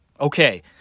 okay